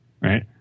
Right